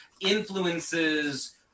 influences